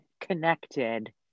connected